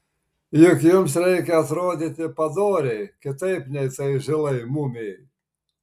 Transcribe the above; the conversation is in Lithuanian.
juk jums reikia atrodyti padoriai kitaip nei tai žilai mumijai